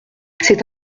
c’est